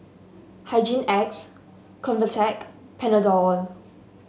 Hygin X Convatec Panadol